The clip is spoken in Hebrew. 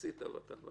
בחצי תאוותכם בידכם.